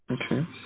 Okay